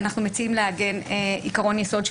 אנחנו מציעים לעגן עיקרון יסוד של